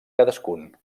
cadascun